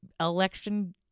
election